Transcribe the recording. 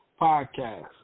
podcast